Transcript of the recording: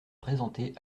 présenté